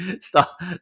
stop